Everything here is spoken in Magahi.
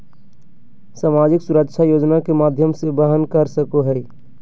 सामाजिक सुरक्षा योजना के माध्यम से वहन कर सको हइ